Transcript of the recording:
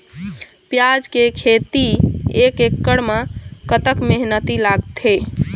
प्याज के खेती एक एकड़ म कतक मेहनती लागथे?